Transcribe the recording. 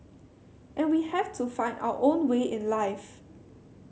and we have to find our own way in life